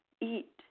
eat